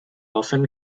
often